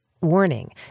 Warning